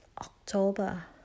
October